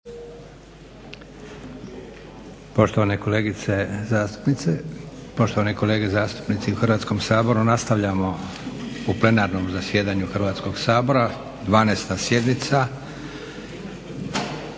poštovani kolege zastupnici u Hrvatskom saboru. Nastavljamo u plenarnom zasjedanju Hrvatskog sabora, 12. sjednica.